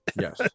yes